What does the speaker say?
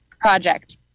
project